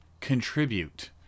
contribute